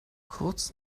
kurz